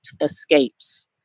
escapes